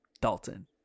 Dalton